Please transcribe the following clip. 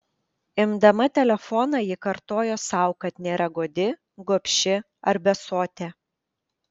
imdama telefoną ji kartojo sau kad nėra godi gobši ar besotė